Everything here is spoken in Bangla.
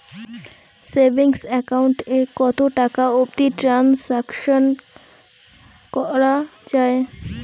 সেভিঙ্গস একাউন্ট এ কতো টাকা অবধি ট্রানসাকশান করা য়ায়?